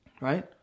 right